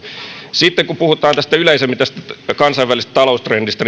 sitten kun puhutaan yleisemmin tästä kansainvälisestä taloustrendistä